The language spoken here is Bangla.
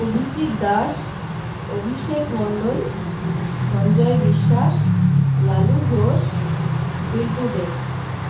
অভিজিৎ দাস অভিষেক মন্ডল সঞ্জয় বিশ্বাস লালু ঘোষ বিল্টু দে